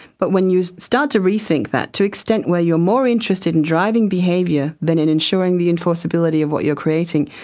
but when you start to rethink that to an extent where you are more interested in driving behaviour than in ensuring the enforceability of what you are creating,